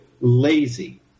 lazy